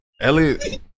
Elliot